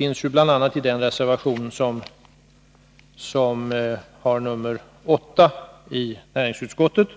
I reservation nr 8 i näringsutskottets